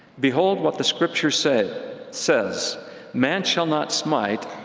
behold what the scripture says says man shall not smite,